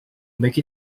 make